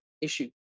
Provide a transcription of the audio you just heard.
issue